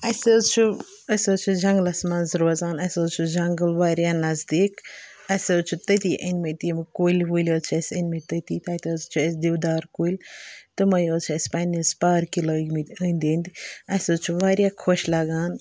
اَسہِ حظ چھِ أسۍ حظ چھِ جنٛگلَس منٛز روزان اَسہِ حظ چھِ جنٛگَل واریاہ نزدیٖک اَسہِ حظ چھِ تٔتی أنۍ مٕتۍ یِم کُلۍ وُلۍ حظ چھِ اَسہِ أنۍ مٕتۍ تٔتی تَتہِ حظ چھِ اَسہِ دِودار کُلۍ تٕمَے حظ چھِ اَسہِ پنٛنِس پارکہِ لٲگۍ مٕتۍ أنٛدۍ أنٛدۍ اَسہِ حظ چھُ واریاہ خۄش لگان